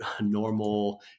normal